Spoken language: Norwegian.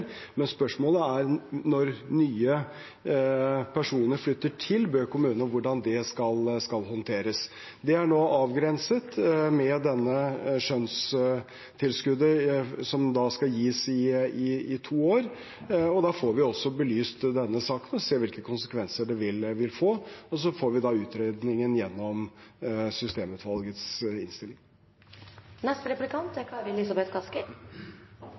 Spørsmålet er om hvordan dette skal håndteres, når nye personer flytter til Bø kommune. Det er nå avgrenset med skjønnstilskuddet, som skal gis i to år. Da får vi også belyst denne saken, og kan se hvilke konsekvenser det vil få. Så får vi utredningen gjennom